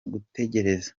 gutegereza